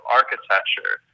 architecture